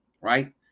right